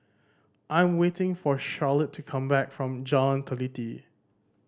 I am waiting for Charolette to come back from Jalan Teliti